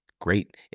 Great